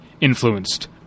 influenced